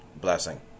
blessing